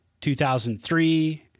2003